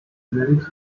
lyrics